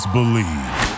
Believe